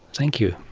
thank you.